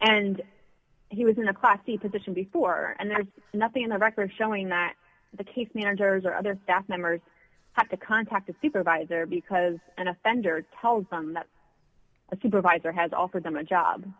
and he was in a classy position before and there's nothing in the record showing that the case managers or other staff members have to contact a supervisor because an offender tells them that a supervisor has offered them a job